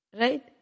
Right